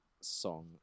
song